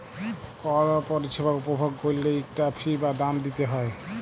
call পরিছেবা উপভগ ক্যইরলে ইকটা ফি বা দাম দিইতে হ্যয়